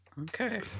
Okay